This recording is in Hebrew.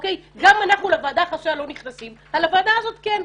גם אנחנו לוועדה החשאית לא נכנסים עם סמרטפונים אבל לוועדה הזו כן.